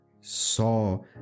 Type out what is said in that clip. saw